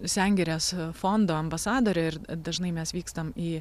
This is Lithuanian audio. sengirės fondo ambasadorė ir dažnai mes vykstam į